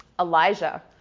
Elijah